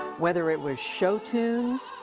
whether it was show tunes